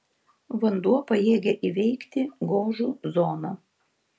vanduo pajėgia įveikti gožų zoną